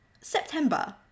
September